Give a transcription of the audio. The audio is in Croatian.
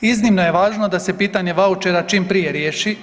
Iznimno je važno da se pitanje vaučera čim prije riješi.